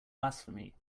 blasphemy